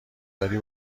داری